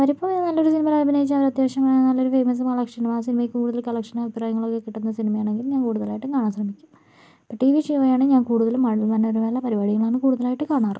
അവരിപ്പോൾ നല്ലൊരു സിനിമയിൽ അഭിനയിച്ചാൽ അത്യാവശ്യം നല്ലൊരു ഫെയ്മസ് കളക്ഷൻ ആ സിനിമയ്ക്ക് കൂടുതൽ കളക്ഷനും അഭിപ്രായങ്ങളൊക്കെ കിട്ടുന്ന സിനിമയാണെങ്കിൽ ഞാൻ കൂടുതലായിട്ടും കാണാൻ ശ്രമിക്കും ഇപ്പോൾ ടി വി ഷോയാണ് ഞാൻ കൂടുതലും മഴവിൽ മനോരമയിലെ പരിപാടികളാണ് കൂടുതലായിട്ട് കാണാറ്